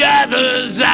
other's